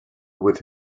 with